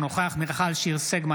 אינו נוכח מיכל שיר סגמן,